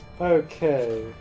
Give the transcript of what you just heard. Okay